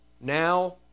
now